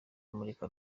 amurika